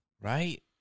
Right